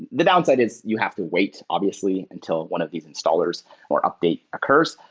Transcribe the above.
the downside is you have to wait obviously until one of these installers or update occurs,